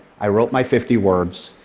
i wrote my fifty words,